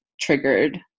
triggered